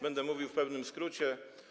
Będę mówił w pewnym skrócie.